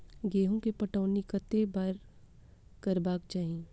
गेंहूँ केँ पटौनी कत्ते बेर करबाक चाहि?